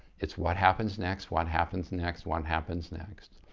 it's what happens next, what happens next, what happens next.